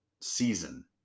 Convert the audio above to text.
season